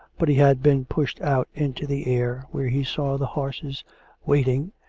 but he had been pushed out into the air, where he saw the horses waiting,